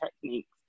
techniques